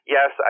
Yes